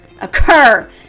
occur